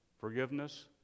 Forgiveness